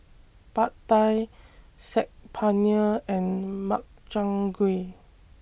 Pad Thai Saag Paneer and Makchang Gui